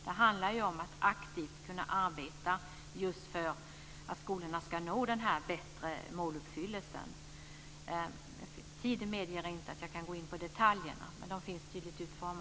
Det handlar ju om att aktivt kunna arbeta just för att skolorna ska nå den här bättre måluppfyllelsen. Tiden medger inte att jag går in på detaljerna men de finns tydligt utformade.